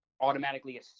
automatically